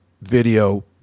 video